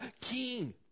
King